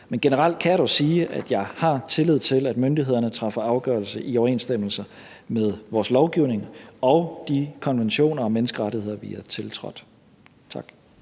men generelt kan jeg dog sige, at jeg har tillid til, at myndighederne træffer afgørelse i overensstemmelse med vores lovgivning og de konventioner og menneskerettigheder, vi har tiltrådt. Tak.